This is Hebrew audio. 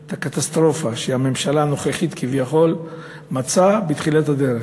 את הקטסטרופה שהממשלה הנוכחית כביכול מצאה בתחילת הדרך.